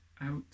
out